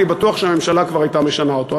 אני בטוח שהממשלה כבר הייתה משנה אותו.